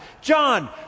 John